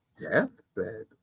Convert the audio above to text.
deathbed